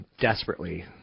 desperately